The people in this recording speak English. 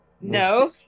No